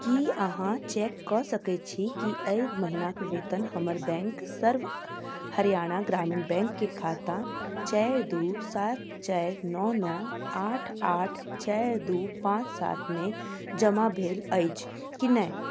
की अहाँ चेक कऽ सकैत छी कि एहि महिनाक वेतन हमर बैंक सर्व हरियाणा ग्रामीण बैंकके खाता चारि दू सात चारि नओ नओ आठ आठ चारि दू पाँच सातमे जमा भेल अछि कि नहि